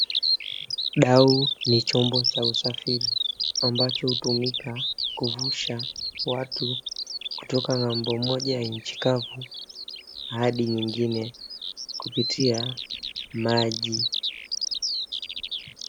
Dau ni chombo cha usafiri ambacho hutumika kuvusha watu kutoka ng'ambo moja ya nchi kavu hadi nyingine kupitia maji.